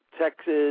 Texas